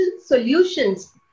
solutions